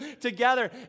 together